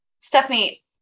Stephanie